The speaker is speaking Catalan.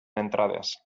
entrades